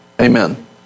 Amen